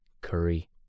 curry